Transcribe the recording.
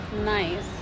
Nice